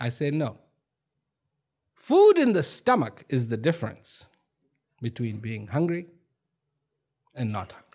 i say no food in the stomach is the difference between being hungry and not